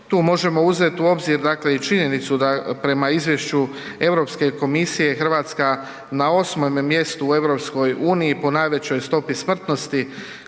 Tu možemo uzeti u obzir i činjenicu da prema izvješću Europske komisije Hrvatska na 8.mjestu u EU po najvećoj stopi smrtnosti